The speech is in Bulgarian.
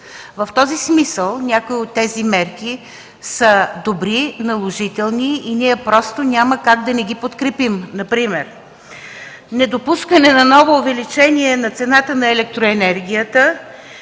В този смисъл някои от тези мерки са добри, наложителни и няма как да не ги подкрепим. Например: недопускане на ново увеличение на цената на електроенергията,